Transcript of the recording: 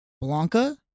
Blanca